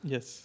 Yes